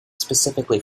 specifically